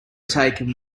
taken